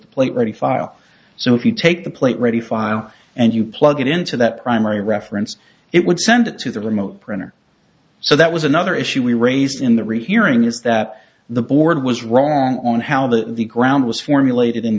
the plate ready file so if you take the plate ready file and you plug it into that primary reference it would send it to the remote printer so that was another issue we raised in the rehearing is that the board was wrong on how the the ground was formulated in